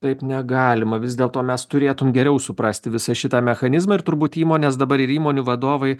taip negalima vis dėl to mes turėtum geriau suprasti visą šitą mechanizmą ir turbūt įmonės dabar ir įmonių vadovai